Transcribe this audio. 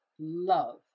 love